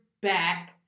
back